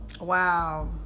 wow